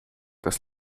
das